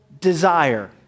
desire